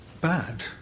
bad